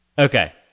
Okay